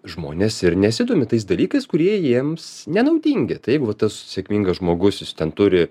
žmonės ir nesidomi tais dalykais kurie jiems nenaudingi tai va tas sėkmingas žmogus jis ten turi